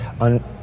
on